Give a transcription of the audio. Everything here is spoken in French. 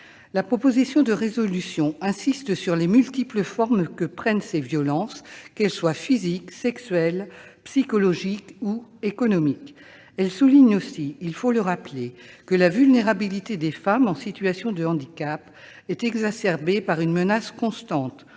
La proposition de résolution vise à insister sur les multiples formes que prennent ces violences, qu'elles soient physiques, sexuelles, psychologiques ou économiques. Elle tend aussi à souligner, il faut le rappeler, que la vulnérabilité des femmes en situation de handicap est exacerbée par une menace constante.